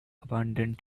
abandoned